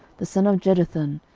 the son of jeduthun,